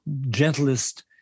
gentlest